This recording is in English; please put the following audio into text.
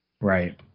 right